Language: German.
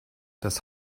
das